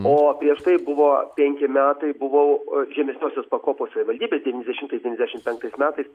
o prieš tai buvo penki metai buvau žemesniosios pakopos savivaldybė devyniasdešimtais devyniasdešimt penktais metais